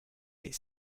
its